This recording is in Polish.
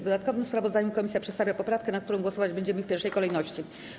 W dodatkowym sprawozdaniu komisja przedstawia poprawkę, nad którą głosować będziemy w pierwszej kolejności.